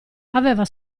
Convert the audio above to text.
aveva